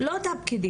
לא את הפקידים,